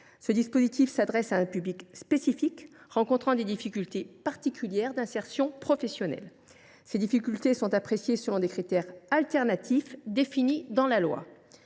Ce dispositif s’adresse à un public spécifique rencontrant des difficultés particulières d’insertion professionnelle. Ces difficultés sont appréciées selon des critères de substitution définis dans la loi